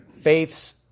faith's